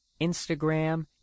Instagram